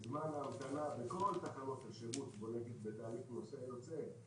בזמן ההמתנה, בכל תחנות השירות, בתהליך נוסע יוצא,